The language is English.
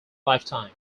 lifetime